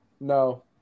No